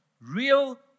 real